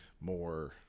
more